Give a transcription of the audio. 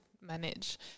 manage